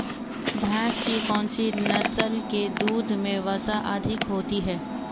भैंस की कौनसी नस्ल के दूध में वसा अधिक होती है?